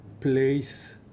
place